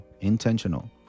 intentional